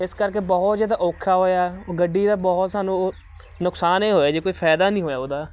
ਇਸ ਕਰਕੇ ਬਹੁਤ ਜ਼ਿਆਦਾ ਔਖਾ ਹੋਇਆ ਗੱਡੀ ਦਾ ਬਹੁਤ ਸਾਨੂੰ ਉਹ ਨੁਕਸਾਨ ਏ ਹੋਇਆ ਜੀ ਕੋਈ ਫਾਇਦਾ ਨਹੀਂ ਹੋਇਆ ਉਹਦਾ